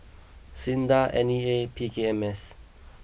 Sinda N E A P K M S